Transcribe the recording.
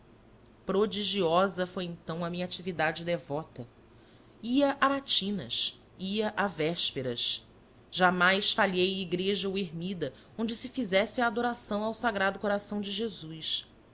prodigiosa foi então a minha atividade devota ia a matinas ia a vésperas jamais falhei a igreja ou ermida onde se fizesse a adoração ao sagrado coração de jesus